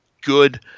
good